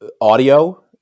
audio